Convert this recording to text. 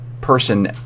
person